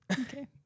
Okay